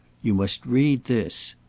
you must read this!